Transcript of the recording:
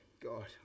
God